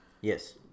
Yes